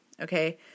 Okay